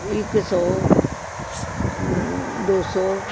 ਇੱਕ ਸੌ ਦੋ ਸੌ